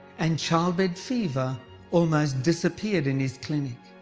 and childbed fever almost disappeared in his clinic.